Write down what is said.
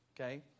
okay